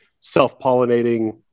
self-pollinating